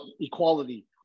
equality